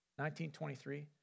1923